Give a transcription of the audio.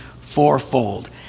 fourfold